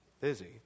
busy